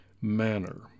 manner